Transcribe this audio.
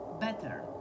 better